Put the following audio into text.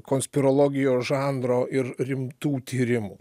konspirologijos žanro ir rimtų tyrimų